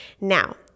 Now